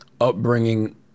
upbringing